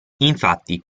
infatti